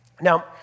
Now